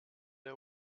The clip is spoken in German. der